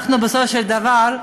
אנחנו בסופו של דבר,